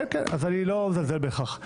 אז אני לא מזלזל בכך,